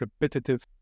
repetitive